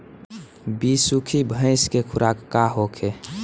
बिसुखी भैंस के खुराक का होखे?